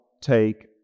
Take